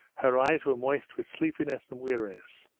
her eyes were moist with sleepiness and weariness,